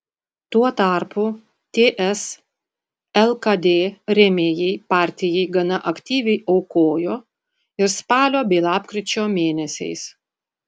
tuo tarpu ts lkd rėmėjai partijai gana aktyviai aukojo ir spalio bei lapkričio mėnesiais